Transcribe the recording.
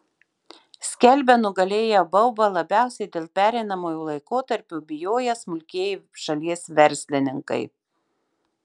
skelbia nugalėję baubą labiausiai dėl pereinamojo laikotarpio bijoję smulkieji šalies verslininkai